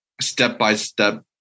step-by-step